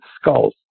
skulls